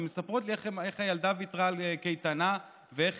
הן מספרות לי איך הילדה ויתרה על קייטנה ואיך